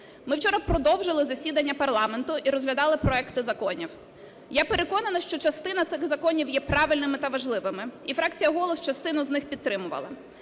Ми вчора продовжили засідання парламенту і розглядали проекти законів. Я переконана, що частина цих законів є правильними та важливими. І фракція "Голос" частину з них підтримала.